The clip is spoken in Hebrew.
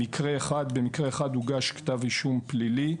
במקרה אחד הוגש כתב אישום פלילי.